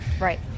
Right